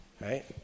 right